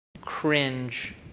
cringe